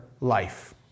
life